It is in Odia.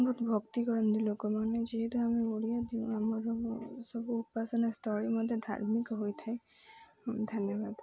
ବହୁତ ଭକ୍ତି କରନ୍ତି ଲୋକମାନେ ଯେହେତୁ ଆମେ ଓଡ଼ିଆ ଥିବ ଆମର ସବୁ ଉପାସନା ସ୍ଥଳୀ ମଧ୍ୟ ଧାର୍ମିକ ହୋଇଥାଏ ଧନ୍ୟବାଦ